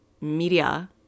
media